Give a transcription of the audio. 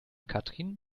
katrin